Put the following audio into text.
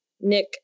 Nick